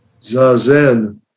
Zazen